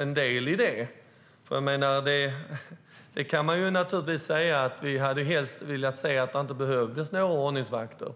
en del i det. Man kan naturligtvis säga att vi helst hade sett att det inte behövdes några ordningsvakter.